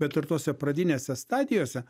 bet ir tose pradinėse stadijose